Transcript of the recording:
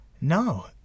No